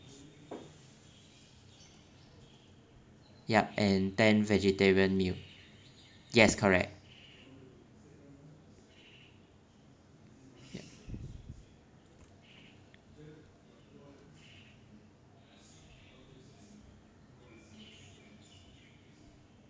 yup and ten vegetarian meal yes correct